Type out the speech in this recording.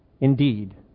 Indeed